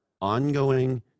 ongoing